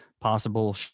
possible